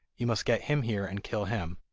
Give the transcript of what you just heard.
you must get him here and kill him